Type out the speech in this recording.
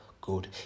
Good